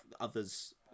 others